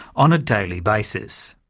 on a daily basis.